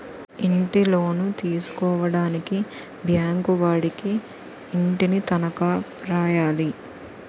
ఇంటిలోను తీసుకోవడానికి బ్యాంకు వాడికి ఇంటిని తనఖా రాయాలి